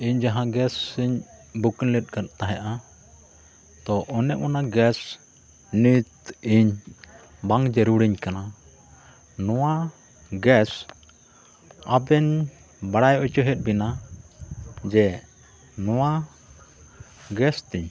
ᱤᱧ ᱡᱟᱦᱟᱸ ᱜᱮᱥ ᱤᱧ ᱵᱩᱠᱤᱝ ᱞᱮᱫ ᱛᱟᱦᱮᱸᱜᱼᱟ ᱟᱫᱚ ᱚᱱᱮ ᱚᱱᱟ ᱜᱮᱥ ᱱᱤᱛ ᱤᱧ ᱵᱟᱝ ᱡᱟᱹᱨᱩᱲᱤᱧ ᱠᱟᱱᱟ ᱱᱚᱣᱟ ᱜᱮᱥ ᱟᱵᱮᱱ ᱵᱟᱲᱟᱭ ᱦᱚᱪᱚᱭᱮᱫ ᱵᱮᱱᱟ ᱡᱮ ᱱᱚᱣᱟ ᱜᱮᱥ ᱛᱤᱧ